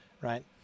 right